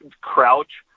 crouch